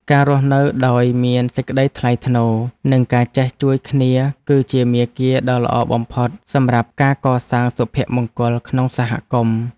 ការរស់នៅដោយមានសេចក្ដីថ្លៃថ្នូរ និងការចេះជួយគ្នាគឺជាមាគ៌ាដ៏ល្អបំផុតសម្រាប់ការកសាងសុភមង្គលក្នុងសហគមន៍។